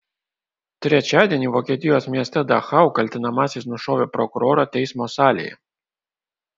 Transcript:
trečiadienį vokietijos mieste dachau kaltinamasis nušovė prokurorą teismo salėje